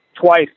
Twice